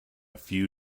few